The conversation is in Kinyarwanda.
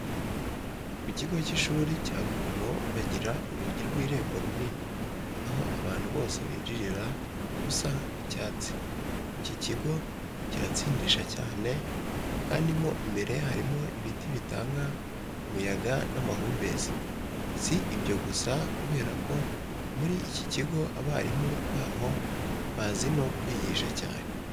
Ku kigo cy'ishuri cya Rukomo bagira urugi rw'irembo rinini aho abantu bose binjirira rusa nk'icyatsi. iki kigo kiratsindisha cyane kandi mo imbere harimo ibiti bitanga umuyaga n'amahumbezi. Si ibyo gusa kubera ko muri iki kigo abarimu baho bazi no kwigisha cyane.